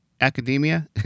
academia